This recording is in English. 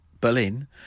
Berlin